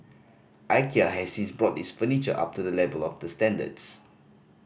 Ikea has since brought its furniture up to the level of the standards